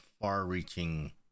far-reaching